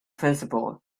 principal